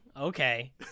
Okay